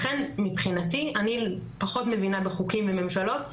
אני פחות מבינה בחוקים וממשלות.